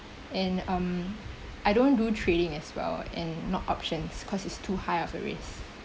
and um I don't do trading as well and not options cause it's too high of a risk